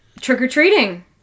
Trick-or-treating